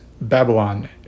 Babylon